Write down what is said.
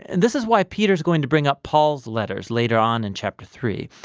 and this is why peter is going to bring up paul's letters later on in chapter three.